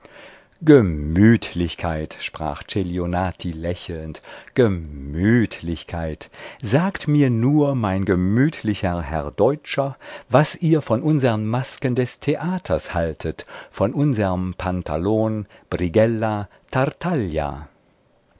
gemütlichkeit sprach celionati lächelnd gemütlichkeit sagt mir nur mein gemütlicher herr deutscher was ihr von unsern masken des theaters haltet von unserm pantalon